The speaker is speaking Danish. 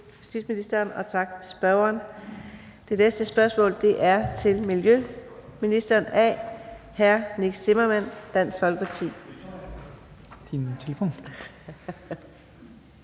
Det næste spørgsmål er til miljøministeren af hr. Nick Zimmermann, Dansk Folkeparti.